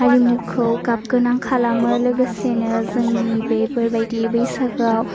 हारिमुखौ गाब गोनां खालामो लोगोसेनो जोंनि बेफोरबायदि बैसागोआव